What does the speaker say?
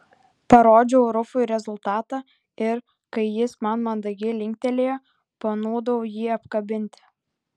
parodžiau rufui rezultatą ir kai jis man mandagiai linktelėjo panūdau jį apkabinti